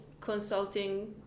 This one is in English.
consulting